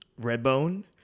Redbone